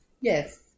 yes